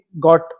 got